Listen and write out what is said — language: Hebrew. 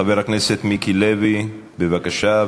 חבר הכנסת מיקי לוי, בבקשה.